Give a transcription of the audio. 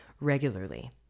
regularly